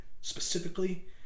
specifically